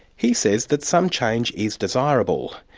he says that some change is desirable.